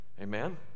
Amen